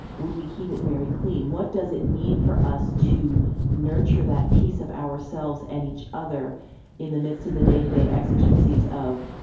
would we keep it very clean? what does it mean for us to nurture that piece of ourselves and each other in the midst of the day to day exigencies of,